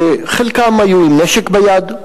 חלקם היו עם נשק ביד,